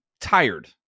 tired